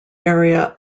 area